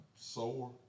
sore